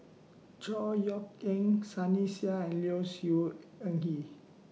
Chor Yeok Eng Sunny Sia and Low Siew Nghee